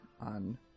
on